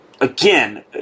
again